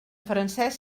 francesc